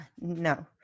no